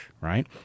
right